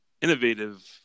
innovative